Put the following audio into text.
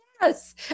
Yes